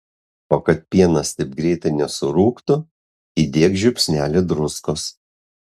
o kad pienas taip greitai nesurūgtų įdėk žiupsnelį druskos